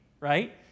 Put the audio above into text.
right